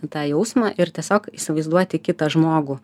tą jausmą ir tiesiog įsivaizduoti kitą žmogų